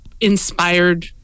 inspired